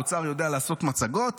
האוצר יודע לעשות מצגות,